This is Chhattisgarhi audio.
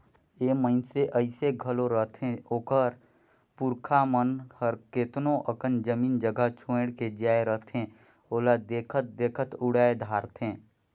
ए मइनसे अइसे घलो रहथें ओकर पुरखा मन हर केतनो अकन जमीन जगहा छोंएड़ के जाए रहथें ओला देखत देखत उड़ाए धारथें